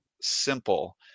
simple